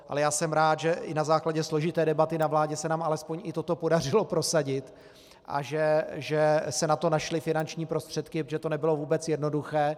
Ale jsem rád, že i na základě složité debaty na vládě se nám alespoň i toto podařilo prosadit a že se na to našly finanční prostředky, protože to nebylo vůbec jednoduché.